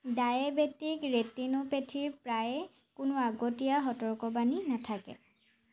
diabetic ৰেটিনোপেথীৰ প্ৰায়ে কোনো আগতীয়া সতৰ্কবাণী নাথাকে